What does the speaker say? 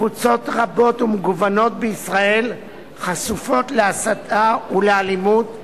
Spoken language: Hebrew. קבוצות רבות ומגוונות בישראל חשופות להסתה ולאלימות,